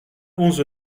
onze